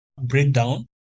breakdown